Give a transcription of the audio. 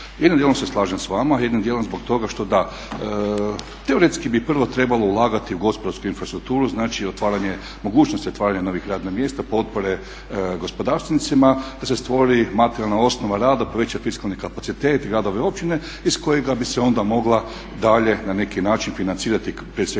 jednom djelu se slažem s vama, jednim djelom zbog toga što da teoretski bi prvo trebalo ulagati u gospodarsku infrastrukturu, znači otvaranje mogućnosti otvaranja novih radnih mjesta, potpore gospodarstvenicima da se stvori materijalna osnova rada, poveća fiskalni kapacitet gradova i općina iz kojega bi se onda mogla dalje na neki način financirati prije svega